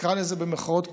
נקרא לזה במירכאות,